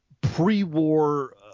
pre-war